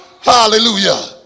Hallelujah